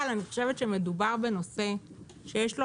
אבל אני חושבת שמדובר בנושא שיש לו